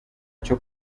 cyo